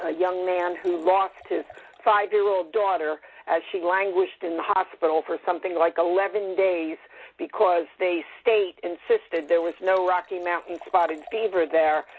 ah young man who lost his five year old daughter as she languished in the hospital for something like eleven days because the state insisted there was no rocky mountain spotted fever there,